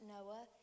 Noah